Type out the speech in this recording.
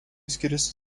skiriasi